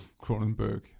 Cronenberg